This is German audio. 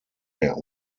der